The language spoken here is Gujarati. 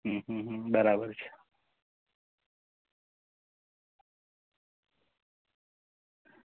હમ હમ હમ બરાબર છે